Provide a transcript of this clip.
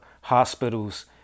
hospitals